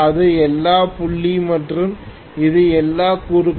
இது எல்லாம் புள்ளி மற்றும் இது எல்லாம் குறுக்கு